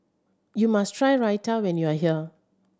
you must try Raita when you are here